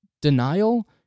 Denial